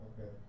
Okay